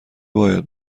باید